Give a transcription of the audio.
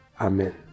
Amen